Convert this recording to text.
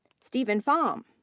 steven pham.